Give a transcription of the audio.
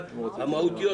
אבל המהותיות,